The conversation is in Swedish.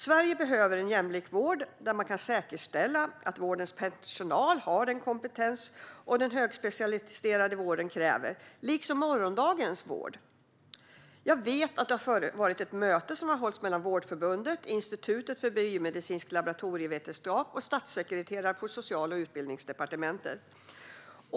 Sverige behöver en jämlik vård där det kan säkerställas att personalen har den kompetens som den högspecialiserade vården kräver, liksom morgondagens vård. Jag vet att det har hållits ett möte mellan Vårdförbundet, Institutet för biomedicinsk laboratorievetenskap och statssekreterare på Social och Utbildningsdepartementen.